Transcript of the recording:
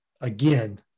again